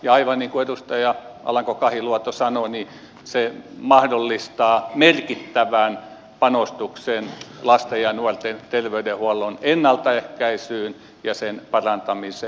ja aivan niin kuin edustaja alanko kahiluoto sanoi se mahdollistaa merkittävän pa nostuksen lasten ja nuorten terveydenhuollon ennaltaehkäisyyn ja sen parantamiseen